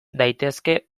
daitezke